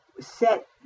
set